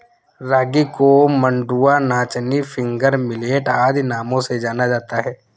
रागी को मंडुआ नाचनी फिंगर मिलेट आदि नामों से जाना जाता है